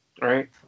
Right